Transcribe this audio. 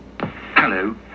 Hello